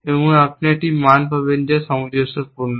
এবং আপনি একটি মান পাবেন যা সামঞ্জস্যপূর্ণ